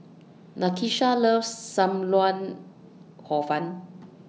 Nakisha loves SAM Lau Hor Fun